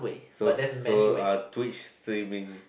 so so uh twitch savings